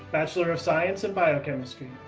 bachelor of science in biochemistry.